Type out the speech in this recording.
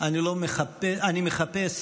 אני מחפש